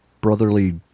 brotherly